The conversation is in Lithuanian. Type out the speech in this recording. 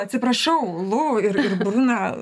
atsiprašau lu ir bruna